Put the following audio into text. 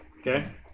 Okay